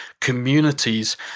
communities